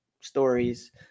stories